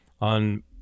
on